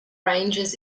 ranges